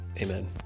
Amen